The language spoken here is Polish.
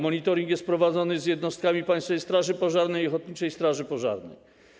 Monitoring jest prowadzony z jednostkami Państwowej Straży Pożarnej i ochotniczej straży pożarnej.